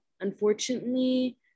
Unfortunately